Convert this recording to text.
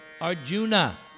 Arjuna